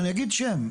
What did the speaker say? אני אגיד שם,